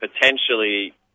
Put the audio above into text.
potentially